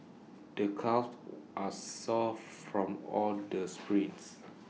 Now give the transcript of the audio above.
the calves are sore from all the sprints